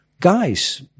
guys